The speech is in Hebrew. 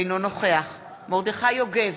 אינו נוכח מרדכי יוגב,